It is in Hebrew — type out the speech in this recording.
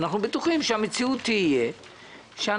אנחנו בטוחים שהמציאות תהיה שאנשים